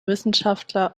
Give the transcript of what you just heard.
wissenschaftler